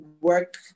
work